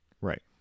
Right